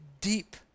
deep